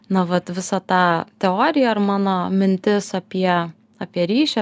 na vat visą tą teoriją ar mano mintis apie apie ryšį